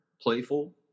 playful